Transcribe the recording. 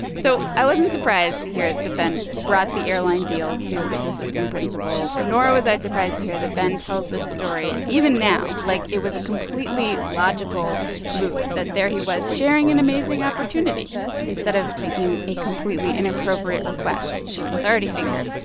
so i wasn't surprised to hear that ben brought the airline deal to his assistant principal nor was i surprised to hear that ben tells this story even now like it was a completely logical move, that there he was sharing an amazing opportunity instead of making a completely inappropriate request to an authority figure.